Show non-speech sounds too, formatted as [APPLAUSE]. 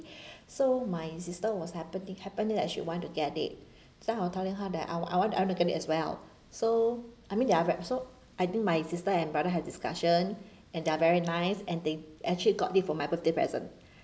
[BREATH] so my sister was happening happening like she want to get it so I was telling her that I I want I want to get it as well so I mean they are wrapped so I think my sister and brother had discussion and [BREATH] they're very nice and they actually got it for my birthday present [BREATH]